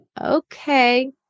Okay